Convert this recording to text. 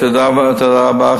תודה רבה,